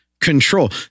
control